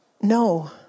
No